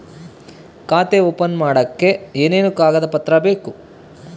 ಖಾತೆ ಓಪನ್ ಮಾಡಕ್ಕೆ ಏನೇನು ಕಾಗದ ಪತ್ರ ಬೇಕು?